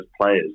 players